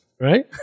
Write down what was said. right